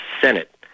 Senate